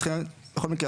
בכל מקרה,